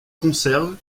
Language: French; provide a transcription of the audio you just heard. conserve